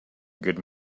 good